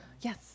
Yes